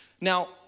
Now